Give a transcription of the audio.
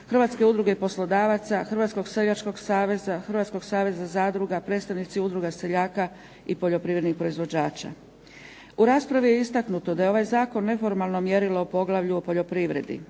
HGK-a, HOK-a, HPK-a, HUP-a, Hrvatskog seljačkog saveza, Hrvatskog saveza zadruga, predstavnici udruga seljaka i poljoprivrednih proizvođača. U raspravi je istaknuto da je ovaj zakon neformalno mjerilo o poglavlju o poljoprivredi.